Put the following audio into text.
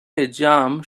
exam